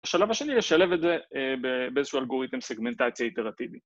‫השלב השני, לשלב את זה ‫באיזשהו אלגוריתם סגמנטציה איתרטיבי.